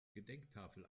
gedenktafel